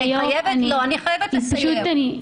את יכולה לסיים.